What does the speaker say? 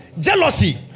Jealousy